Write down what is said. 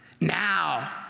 Now